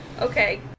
okay